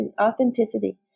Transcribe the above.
authenticity